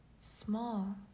small